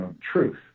truth